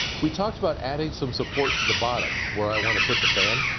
we talked about adding some support to the bottom where i want to put the fan.